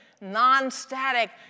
non-static